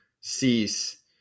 Cease